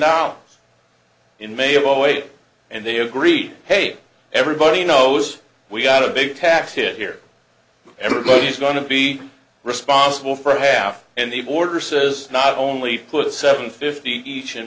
dollars in may of zero eight and they agreed hey everybody knows we've got a big tax hit here everybody's going to be responsible for half and the border says not only put seven fifty each in